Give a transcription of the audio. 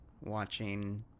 watching